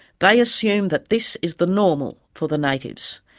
they assume that this is the normal for the natives.